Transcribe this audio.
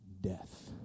death